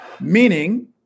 Meaning